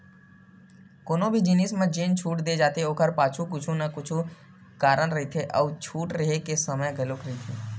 कोनो भी जिनिस म जेन छूट दे जाथे ओखर पाछू कुछु न कुछु कारन रहिथे अउ छूट रेहे के समे घलो रहिथे